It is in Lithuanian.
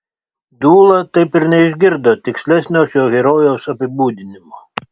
dūla taip ir neišgirdo tikslesnio šio herojaus apibūdinimo